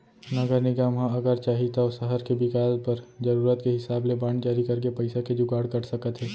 नगर निगम ह अगर चाही तौ सहर के बिकास बर जरूरत के हिसाब ले बांड जारी करके पइसा के जुगाड़ कर सकत हे